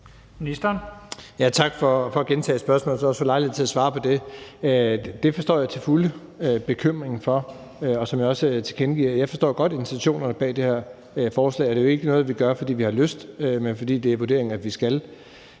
til at svare på det. Jeg forstår til fulde bekymringen for det, og som jeg også tilkendegiver, forstår jeg godt intentionerne bag det her forslag, og det er jo ikke noget, vi gør, fordi vi har lyst, men fordi det er vurderingen, at vi skal.